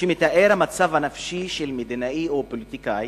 שמתאר את המצב הנפשי של מדינאי או פוליטיקאי